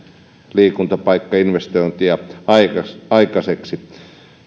liikuntapaikkainvestointeja aikaiseksi aikaiseksi